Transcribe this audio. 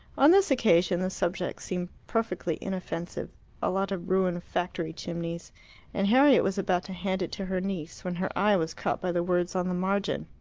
on this occasion the subject seemed perfectly inoffensive a lot of ruined factory chimneys and harriet was about to hand it to her niece when her eye was caught by the words on the margin.